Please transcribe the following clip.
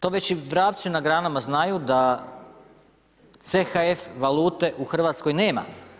To već i vrapci na granama znaju da CHF valute u Hrvatskoj nema.